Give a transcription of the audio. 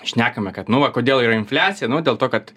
šnekame kad nu va kodėl yra infliacija nu dėl to kad